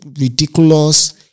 ridiculous